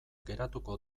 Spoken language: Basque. geratuko